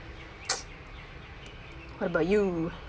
what about you